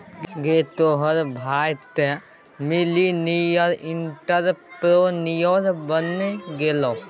गै तोहर भाय तँ मिलेनियल एंटरप्रेन्योर बनि गेलौ